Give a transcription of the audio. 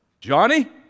Johnny